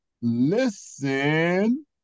Listen